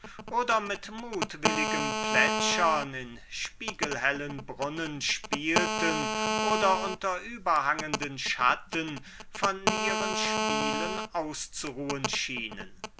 oder mit mutwilligem plätschern in spiegelhellen brunnen spielten oder unter überhangenden schatten von ihren spielen auszuruhen schienen